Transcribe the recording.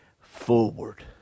forward